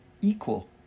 equal